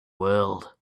world